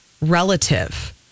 relative